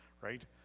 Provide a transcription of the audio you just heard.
right